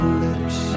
lips